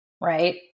right